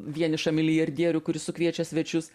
vienišą milijardierių kuris sukviečia svečius